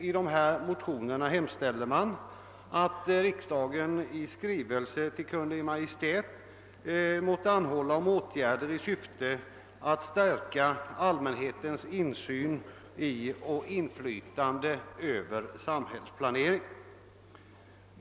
I dessa motioner hemställs att riksdagen i skrivelse till Kungl. Maj:t måtte anhålla om åtgärder i syfte att stärka allmänhetens insyn i och inflytande över samhällsplaneringen.